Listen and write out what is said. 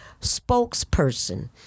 spokesperson